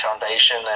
foundation